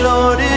Lord